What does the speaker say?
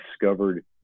discovered